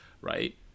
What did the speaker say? right